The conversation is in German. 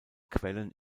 quellen